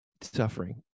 suffering